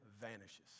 vanishes